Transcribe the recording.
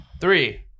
Three